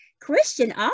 Christian